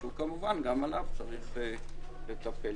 שכמובן גם בו צריך לטפל.